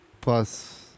plus